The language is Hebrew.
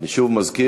אני שוב מזכיר,